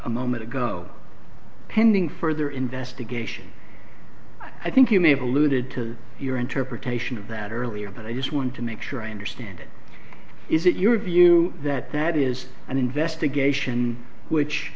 a moment ago pending further investigation i think you may have alluded to your interpretation of that earlier but i just want to make sure i understand is it your view that that is an investigation which